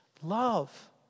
Love